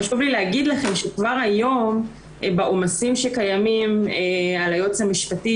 חשוב לי להגיד לכם שכבר היום בעומסים שקיימים על היועץ המשפטי,